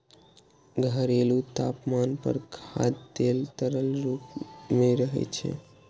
घरेलू तापमान पर खाद्य तेल तरल रूप मे रहै छै